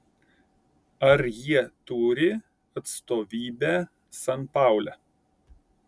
ar jie turi atstovybę sanpaule